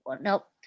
Nope